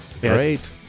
Great